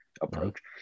approach